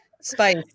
spice